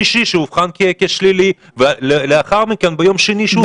אובחן כשלילי ביום חמישי ולאחר מכן ביום שני שוב פעם